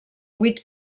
vuit